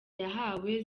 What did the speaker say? yahawe